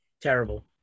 Terrible